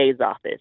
office